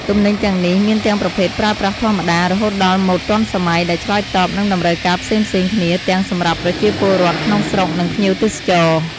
ទំនិញទាំងនេះមានទាំងប្រភេទប្រើប្រាស់ធម្មតា រហូតដល់ម៉ូដទាន់សម័យ ដែលឆ្លើយតបនឹងតម្រូវការផ្សេងៗគ្នា ទាំងសម្រាប់ប្រជាពលរដ្ឋក្នុងស្រុក និងភ្ញៀវទេសចរ។